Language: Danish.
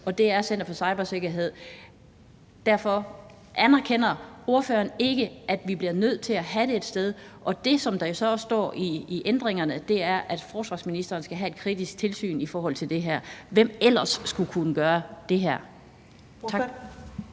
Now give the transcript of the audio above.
og det er Center for Cybersikkerhed. Anerkender ordføreren derfor ikke, at vi bliver nødt til at have det et sted, og at det, som der så også står i ændringerne, er, at forsvarsministeren skal have et kritisk tilsyn i forhold til det her? Hvem ellers skulle kunne gøre det her? Kl.